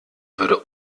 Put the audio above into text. würde